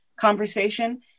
conversation